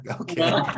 Okay